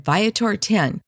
Viator10